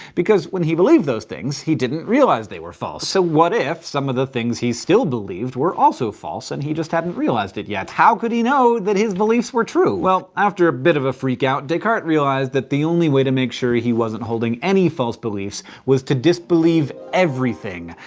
because when he believed those things, he didn't realize they were false. so what if some of the things he still believed were also false, and he just hadn't realized it yet? how could he know that his beliefs were true? well, after a bit of a freak out, descartes realized that the only way to make sure he wasn't holding any false beliefs was to disbelieve everything.